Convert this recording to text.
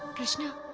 krishna,